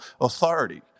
authority